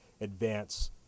advance